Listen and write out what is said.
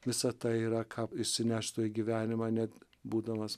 visa tai yra ką išsineštų į gyvenimą net būdamas